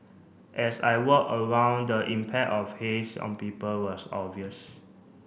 as I walk around the impact of haze on people was obvious